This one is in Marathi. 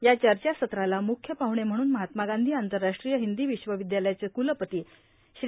या चर्चासत्राला मुख्य पाहुणे म्हणून महात्मा गांधी आंतरराष्ट्रीय हिंदी विश्वविद्यालयाचे कुलपती श्री